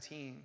17